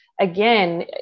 again